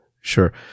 sure